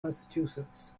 massachusetts